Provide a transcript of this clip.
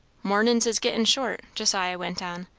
mornin's is gettin' short, josiah went on.